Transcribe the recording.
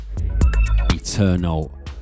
Eternal